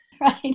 Right